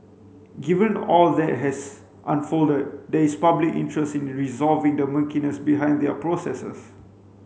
given all that has unfolded there is public interest in resolving the murkiness behind their processes